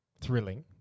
thrilling